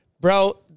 bro